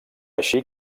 així